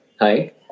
Hi